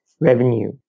revenue